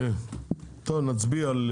טוב, נצביע.